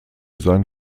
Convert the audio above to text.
seine